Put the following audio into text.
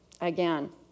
again